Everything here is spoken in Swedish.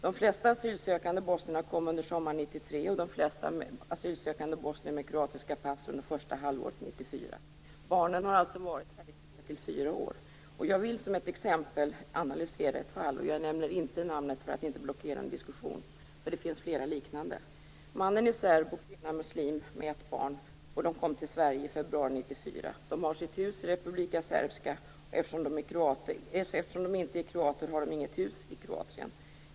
De flesta asylsökande bosnierna kom under sommaren 1993, och de flesta asylsökande bosnierna med kroatiska pass kom under första halvåret 1994. Barnen har alltså varit här i tre till fyra år. Jag vill som ett exempel analysera ett fall. Jag nämner inte namnet för att inte blockera en diskussion, eftersom det finns flera liknande. Mannen är serb och kvinnan muslim, och de har ett barn. De kom till Sverige i februari 1994. De har sitt hus i Republika Srpska, och eftersom de inte är kroater har de inget hus i Kroatien.